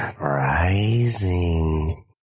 Rising